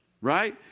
right